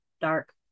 dark